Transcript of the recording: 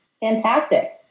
Fantastic